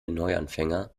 neuanfänger